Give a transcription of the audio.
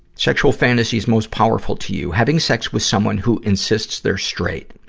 sexual fantasies most powerful to you having sex with someone who insists they're straight.